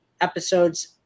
Episodes